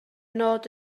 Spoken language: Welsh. nod